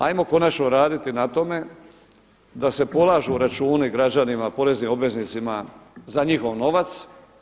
Ajmo konačno raditi na tome da se polažu računi građanima, poreznim obveznicima za njihov novac.